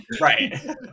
right